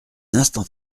instant